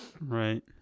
Right